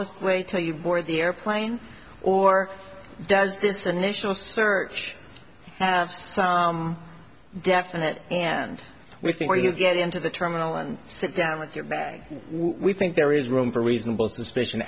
the way to you board the airplane or does this initial search have some definite and we think you get into the terminal and sit down with your bag we think there is room for reasonable suspicion